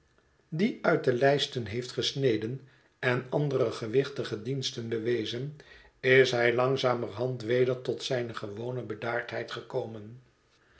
die uit de lijsten heeft gesneden en andere gewichtige diensten bewezen is hij langzamerhand weder tot zijne gewone bedaardheid gekomen